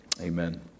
Amen